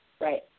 Right